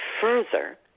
further